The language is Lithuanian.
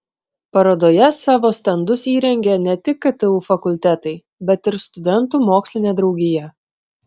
parodoje savo stendus įrengė ne tik ktu fakultetai bet ir studentų mokslinė draugija